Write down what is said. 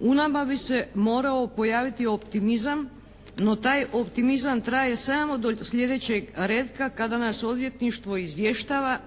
u nabavi se morao pojaviti optimizam no taj optimizam traje samo do sljedećeg retka kada nas odvjetništvo izvještava